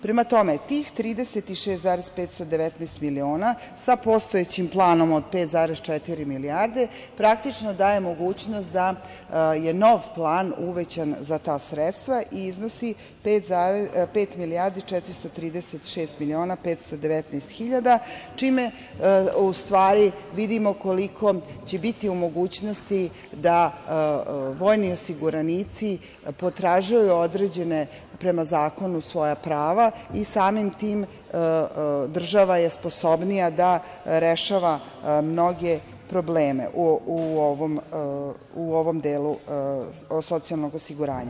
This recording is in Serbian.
Prema tome, tih 36,519 miliona sa postojećim planom od 5,4 milijarde praktično daje mogućnost da je nov plan uvećan za ta sredstva i iznosi 5.436.519.000, čime u stvari vidimo koliko će biti u mogućnosti da vojni osiguranici potražuju određena prema zakonu svoja prava i samim tim država je sposobnija da rešava mnoge probleme u ovom delu socijalnog osiguranja.